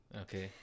Okay